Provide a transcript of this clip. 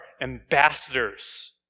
ambassadors